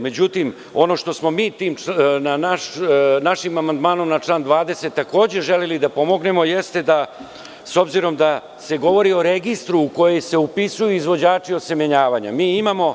Međutim, ono što smo našim amandmanom na član 20. takođe želeli da pomognemo jeste da s obzirom da se govori o registru u koji se upisuju izvođači osemenjavanja, mi imamo